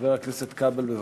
חבר הכנסת כבל, בבקשה.